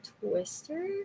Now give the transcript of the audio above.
Twister